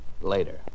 later